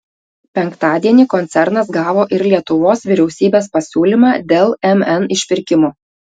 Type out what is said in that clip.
penktadienį koncernas gavo ir lietuvos vyriausybės pasiūlymą dėl mn išpirkimo